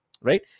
Right